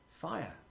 fire